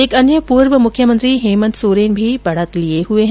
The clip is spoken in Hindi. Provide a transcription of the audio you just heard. एक अन्य पूर्व मुख्यमंत्री हेमन्त सौरेन भी बढ़त लिए हुए है